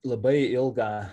labai ilgą